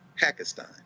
Pakistan